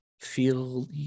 feel